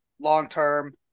long-term